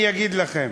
אני אגיד לכם.